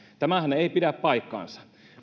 tämähän ei pidä paikkaansa